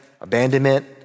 abandonment